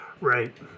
Right